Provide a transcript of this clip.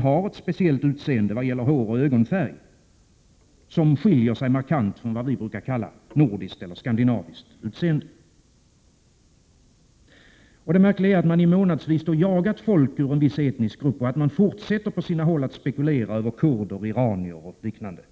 har speciellt utseende vad gäller hår och ögonfärg, och som i detta hänseende skiljer sig markant från vad vi brukar kalla nordiskt utseende. Nu är det märkliga att man i månadsvis jagat folk ur en viss etnisk grupp, och att man fortsätter på sina håll att spekulera över kurder och iranier.